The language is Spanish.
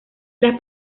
las